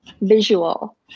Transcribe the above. visual